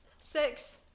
six